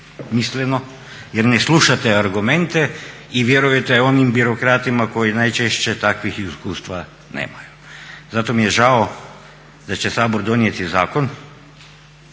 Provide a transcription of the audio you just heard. besmisleno jer ne slušate argumente i vjerujete onim birokratima koji najčešće takvih iskustva nemaju. Zato mi je žao da će Sabor donijeti zakon